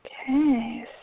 Okay